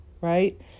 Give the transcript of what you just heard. right